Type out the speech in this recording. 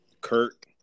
Kirk